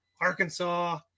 Arkansas